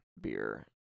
beer